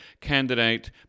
candidate